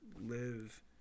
live